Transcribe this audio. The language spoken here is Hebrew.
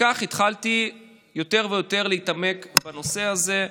וכך התחלתי יותר ויותר להתעמק בנושא הזה.